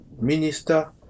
minister